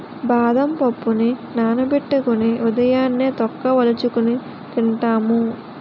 బాదం పప్పుని నానబెట్టుకొని ఉదయాన్నే తొక్క వలుచుకొని తింటాము